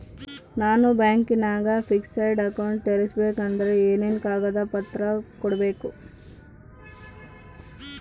ನಾನು ಬ್ಯಾಂಕಿನಾಗ fixed account ತೆರಿಬೇಕಾದರೆ ಏನೇನು ಕಾಗದ ಪತ್ರ ಕೊಡ್ಬೇಕು?